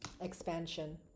expansion